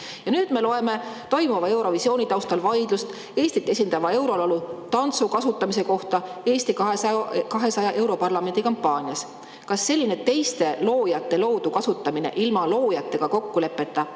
Nüüd me loeme toimuva Eurovisiooni taustal vaidlusest Eestit esindava eurolaulu tantsu kasutamise üle Eesti 200 europarlamendi [valimiste] kampaanias. Kas selline teiste loojate loodu kasutamine ilma loojatega kokkuleppeta